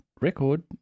record